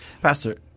Pastor